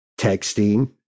texting